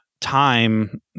time